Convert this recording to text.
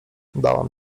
dałam